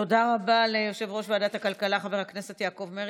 תודה רבה ליושב-ראש ועדת הכלכלה חבר הכנסת יעקב מרגי.